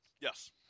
Yes